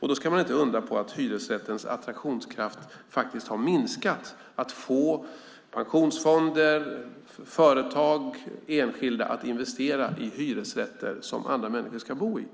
Då är det inte att undra på att hyresrättens attraktionskraft har minskat och att få pensionsfonder, företag och enskilda investerar i hyresrätter som andra människor ska bo i.